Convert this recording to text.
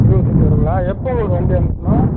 இருபது சீட் வரும்ங்களா எப்போது உங்களுக்கு வண்டி அனுப்பணும்